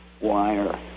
wire